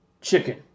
chicken